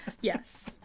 Yes